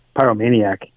pyromaniac